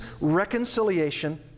reconciliation